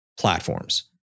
platforms